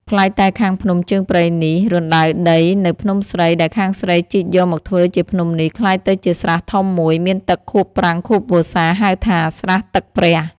ប្លែកតែខាងភ្នំជើងព្រៃនេះ រណ្ដៅដីនៅភ្នំស្រី ដែលខាងស្រីជីកយកមកធ្វើជាភ្នំនេះ ក្លាយទៅជាស្រះធំ ១ មានទឹកខួបប្រាំងខួបវស្សា ហៅថា ស្រះទឹកព្រះ